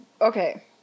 okay